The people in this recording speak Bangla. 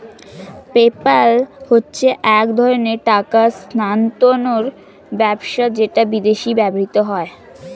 পেপ্যাল হচ্ছে এক ধরণের টাকা স্থানান্তর ব্যবস্থা যেটা বিদেশে ব্যবহৃত হয়